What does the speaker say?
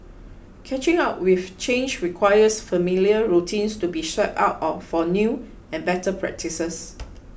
catching up with change requires familiar routines to be swapped out for new and better practices